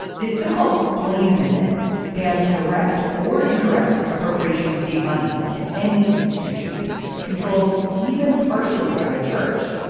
this so-called blaine amendment bans direct or indirect appropriation of state money to any institution controlled even partially by a church.